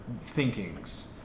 thinkings